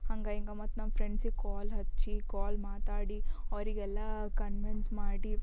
ಹಂಗ ಹಿಂಗ ಮತ್ತು ನಮ್ಮ ಫ್ರೆಂಡ್ಸಿಗೆ ಕ್ವಾಲ್ ಹಚ್ಚಿ ಕ್ವಾಲ್ ಮಾತಾಡಿ ಅವರಿಗೆಲ್ಲಾ ಕನ್ವೆನ್ಸ್ ಮಾಡಿ